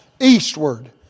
eastward